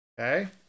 okay